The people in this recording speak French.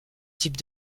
type